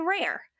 rare